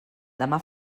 demà